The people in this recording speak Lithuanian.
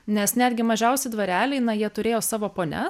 nes netgi mažiausi dvareliai na jie turėjo savo pone